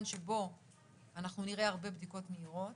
שבו אנחנו נראה הרבה בדיקות מהירות,